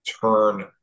turn